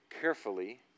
carefully